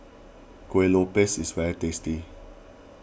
Kuih Lopes is very tasty